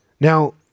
Now